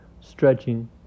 stretching